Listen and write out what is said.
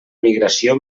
migració